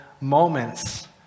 moments